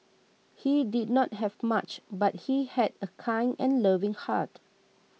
he did not have much but he had a kind and loving heart